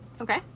Okay